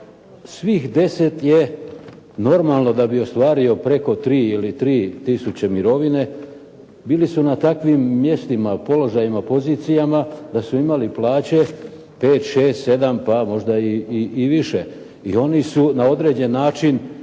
svih 10 je normalno da bi ostvario preko 3 ili 3 tisuće mirovine, bili su na takvim mjestima, položajima, pozicijama da su imali plaće 5, 6, 7 pa možda i više. I oni su na određeni način